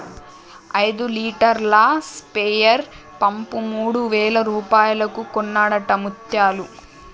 ఐదు లీటర్ల sprayer pump మూడు వేల రూపాయలకు కొన్నడట ముత్యాలు